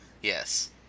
Yes